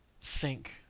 sync